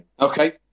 Okay